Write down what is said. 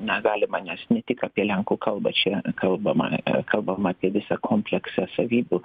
na galima nes ne tik apie lenkų kalbą čia kalbama kalbama apie visą kompleksą savybių